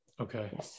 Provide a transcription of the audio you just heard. Okay